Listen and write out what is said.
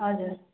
हजुर